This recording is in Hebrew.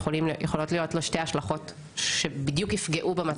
יכולות להיות שתי השלכות שבדיוק יפגעו במטרה.